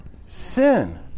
sin